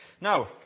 Now